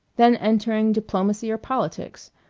then entering diplomacy or politics,